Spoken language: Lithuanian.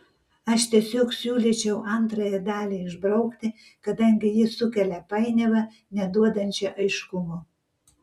aš tiesiog siūlyčiau antrąją dalį išbraukti kadangi ji sukelia painiavą neduodančią aiškumo